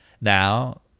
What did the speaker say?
Now